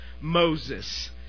Moses